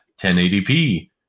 1080p